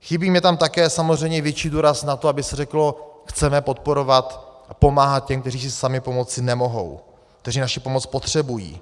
Chybí mně tam také samozřejmě větší důraz na to, aby se řeklo: chceme podporovat a pomáhat těm, kteří si sami pomoci nemohou, kteří naši pomoc potřebují.